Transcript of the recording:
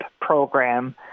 program